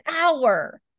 hour